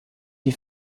die